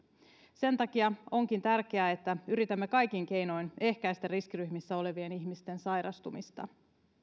sen takia onkin tärkeää että yritämme kaikin keinoin ehkäistä riskiryhmissä olevien ihmisten sairastumista